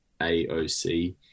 AOC